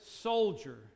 soldier